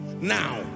now